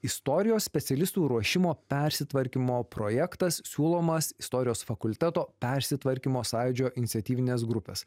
istorijos specialistų ruošimo persitvarkymo projektas siūlomas istorijos fakulteto persitvarkymo sąjūdžio iniciatyvinės grupės